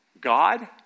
God